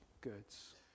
goods